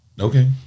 Okay